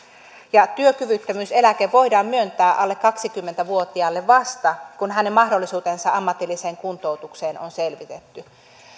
työkyvyttömyyseläke voidaan myöntää alle kaksikymmentä vuotiaalle vasta kun hänen mahdollisuutensa ammatilliseen kuntoutukseen on selvitetty